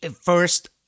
first